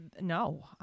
no